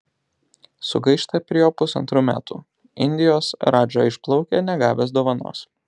sugaišta prie jo pusantrų metų indijos radža išplaukia negavęs dovanos